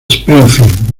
springfield